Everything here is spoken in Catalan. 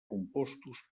compostos